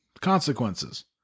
consequences